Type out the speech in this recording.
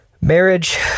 marriage